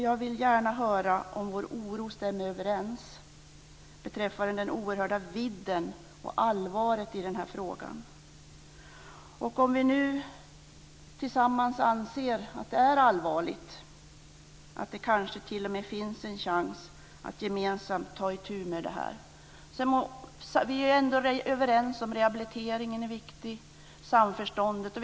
Jag vill gärna höra om vår oro stämmer överens beträffande den oerhörda vidden och det stora allvaret i den här frågan. Vi kanske nu tillsammans anser att det är allvarligt. Vi kanske t.o.m. anser att det finns en chans att gemensamt ta itu med det här. Vi är ändå överens om att rehabilitering är viktigt, att samförstånd är viktigt.